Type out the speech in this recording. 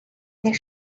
there